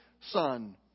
son